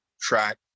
track